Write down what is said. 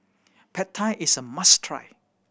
Pad Thai is a must try